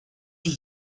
die